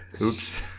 Oops